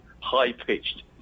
high-pitched